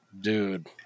dude